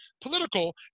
political